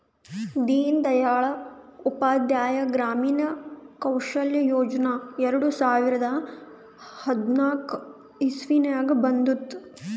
ದೀನ್ ದಯಾಳ್ ಉಪಾಧ್ಯಾಯ ಗ್ರಾಮೀಣ ಕೌಶಲ್ಯ ಯೋಜನಾ ಎರಡು ಸಾವಿರದ ಹದ್ನಾಕ್ ಇಸ್ವಿನಾಗ್ ಬಂದುದ್